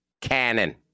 Cannon